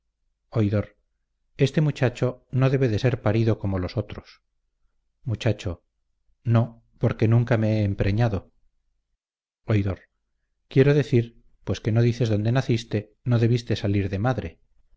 oidor este muchacho no debe de ser parido como los otros muchacho no porque nunca me he empreñado oidor quiero decir pues no dices dónde naciste no debiste salir de madre